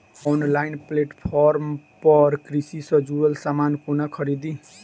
Online platform पर कृषि सँ जुड़ल समान कोना खरीदी?